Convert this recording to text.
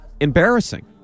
Embarrassing